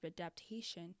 adaptation